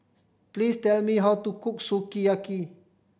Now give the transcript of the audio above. please tell me how to cook Sukiyaki